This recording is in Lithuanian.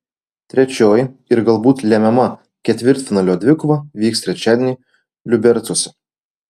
trečioji ir galbūt lemiama ketvirtfinalio dvikova vyks trečiadienį liubercuose